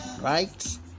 right